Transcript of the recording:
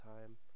time